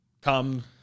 come